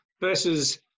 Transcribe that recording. versus